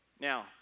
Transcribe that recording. Now